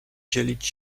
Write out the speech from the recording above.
dzielić